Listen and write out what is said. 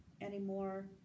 anymore